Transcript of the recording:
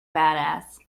badass